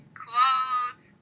clothes